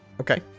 okay